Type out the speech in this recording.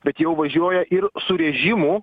bet jau važiuoja ir su režimu